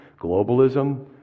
globalism